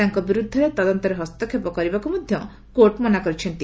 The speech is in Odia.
ତାଙ୍କ ବିରୁଦ୍ଧରେ ତଦନ୍ତରେ ହସ୍ତକ୍ଷେପ କରିବାକୁ ମଧ୍ୟ କୋର୍ଟ ମନା କରିଛନ୍ତି